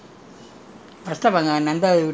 so they are going to have this straight route